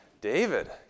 David